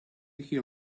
hear